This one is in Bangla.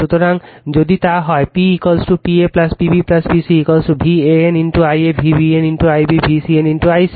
সুতরাং যদি তা করা হয় p p a p b p c VAN Ia VBN Ib VCN i c